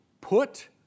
put